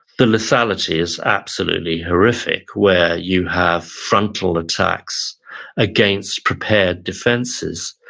the lethality is absolutely horrific where you have frontal attacks against prepared defenses.